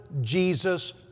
Jesus